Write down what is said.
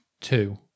two